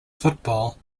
football